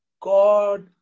God